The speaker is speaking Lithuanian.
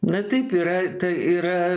na taip yra ta yra